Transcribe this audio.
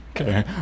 okay